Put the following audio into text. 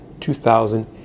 2000